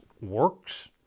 works